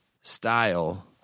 style